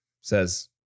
says